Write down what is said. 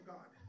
God